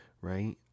right